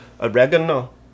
Oregano